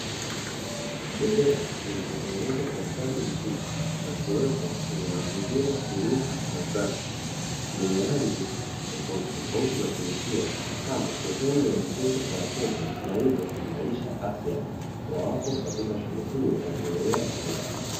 Bembea zilizotengenezwa kwa ustadi mkubwa na kuwekwa kwenye mazingira tulivu na safi, zenye rangi tofautitofauti za kuvutia kama sehemu ya michezo kwa watoto na hivyo kuimarisha afya wawapo katika shule hiyo ya kulelea watoto.